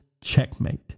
Checkmate